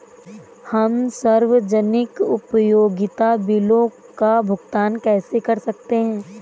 हम सार्वजनिक उपयोगिता बिलों का भुगतान कैसे कर सकते हैं?